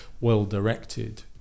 well-directed